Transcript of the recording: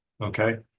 Okay